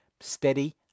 steady